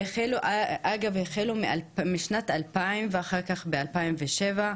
שאגב החלו משנת 2000 ואחר כך ב-2007,